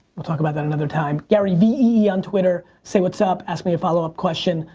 we'll talk about that another time. gary v e on twitter. say what's up? ask me a follow up question.